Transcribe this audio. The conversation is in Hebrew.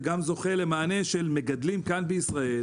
זה גם זוכה למענה של מגדלים כאן בישראל,